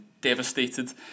devastated